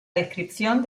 descripción